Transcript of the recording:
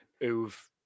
who've